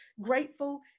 grateful